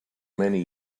many